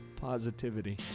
positivity